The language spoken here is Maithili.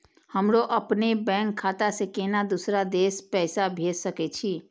हमरो अपने बैंक खाता से केना दुसरा देश पैसा भेज सके छी?